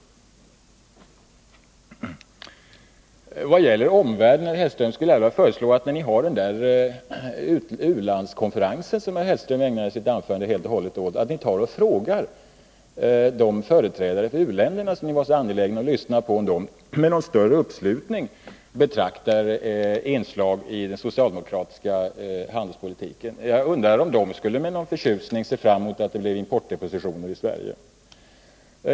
Vad gäller omvärlden, herr Hellström, vill jag föreslå att ni, när ni har den där u-landskonferensen som herr Hellström helt och hållet ägnade sitt anförande åt, frågar de företrädare för u-länderna som ni var så angelägna om att lyssna på om de sluter upp bakom vissa inslag i den socialdemokratiska handelspolitiken. Jag undrar om de med förtjusning skulle se fram emot att det blev importdepositioner i Sverige.